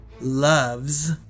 loves